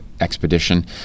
expedition